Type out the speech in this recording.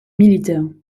militaire